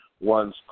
one's